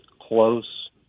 close